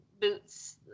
boots